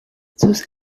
sus